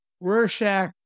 rorschach